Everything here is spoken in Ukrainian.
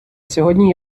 сьогодні